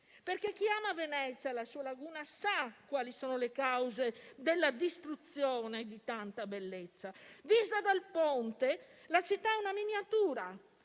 perché chi ama Venezia e la sua laguna sa quali sono le cause della distruzione di tanta bellezza. Vista dal ponte, la città è una miniatura